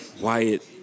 Wyatt